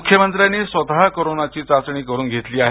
मुख्यमंत्र्यांनी स्वतः कोरोना चाचणी करून घेतली आहे